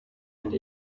and